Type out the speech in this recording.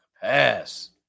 pass